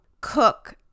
cook